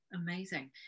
amazing